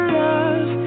love